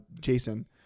Jason